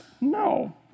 No